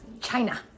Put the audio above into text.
China